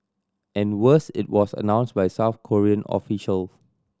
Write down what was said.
and worse it was announced by a South Korean official